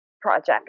project